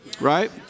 Right